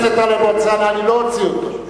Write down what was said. חבר הכנסת טלב אלסאנע, אני לא אוציא אותו.